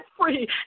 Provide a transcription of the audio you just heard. free